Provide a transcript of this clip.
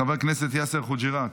חבר הכנסת יאסר חוגי'ראת,